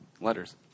letters